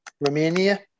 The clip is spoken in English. Romania